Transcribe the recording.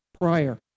prior